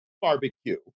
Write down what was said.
barbecue